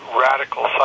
radical